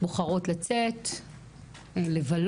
בוחרות לצאת לבלות